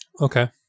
Okay